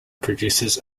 produces